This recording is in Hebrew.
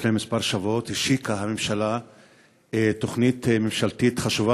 לפני כמה שבועות השיקה הממשלה תוכנית ממשלתית חשובה